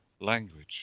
language